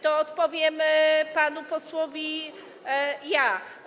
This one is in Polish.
To odpowiem panu posłowi ja.